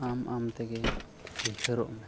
ᱟᱢ ᱟᱢᱛᱮᱜᱮ ᱩᱭᱦᱟᱹᱨᱚᱜ ᱢᱮ